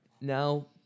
Now